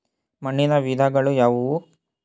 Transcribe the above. ಮಣ್ಣಿನ ವಿಧಗಳು ಯಾವುವು?